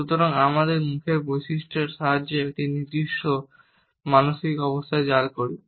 সুতরাং আমরা আমাদের মুখের বৈশিষ্ট্যগুলির সাহায্যে একটি নির্দিষ্ট মানসিক অবস্থা জাল করি